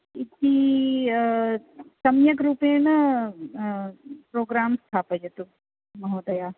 इति सम्यक् रूपेण प्रोग्रां स्थापयतु महोदय